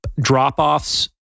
drop-offs